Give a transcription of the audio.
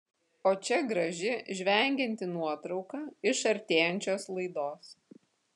o čia graži žvengianti nuotrauka iš artėjančios laidos